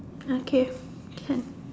okay can